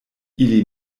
ili